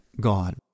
God